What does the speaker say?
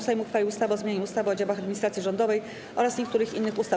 Sejm uchwali ustawę o zmianie ustawy o działach administracji rządowej oraz niektórych innych ustaw.